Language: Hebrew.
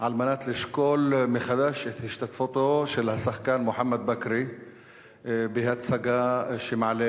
על מנת לשקול מחדש את השתתפותו של השחקן מוחמד בכרי בהצגה שמעלה